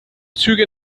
züge